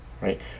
right